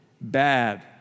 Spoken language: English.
bad